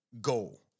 goal